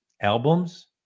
albums